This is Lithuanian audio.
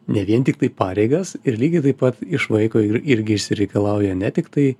ne vien tiktai pareigas ir lygiai taip pat išlaiko ir irgi išsireikalauja ne tiktai